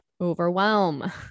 overwhelm